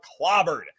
clobbered